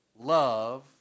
love